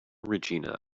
regina